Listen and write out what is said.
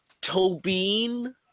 Tobin